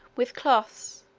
with cloths,